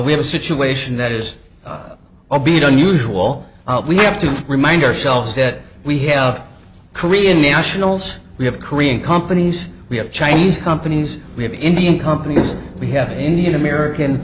we have a situation that is obedient usual we have to remind ourselves that we have korean nationals we have korean companies we have chinese companies we have indian companies we have an indian american